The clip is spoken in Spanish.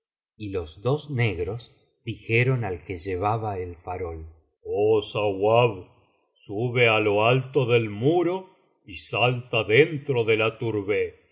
y los dos negros dijeron al que llevaba el farol oh sauab subeá lo alto del muro y salta dentro de la tourbeh